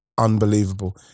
Unbelievable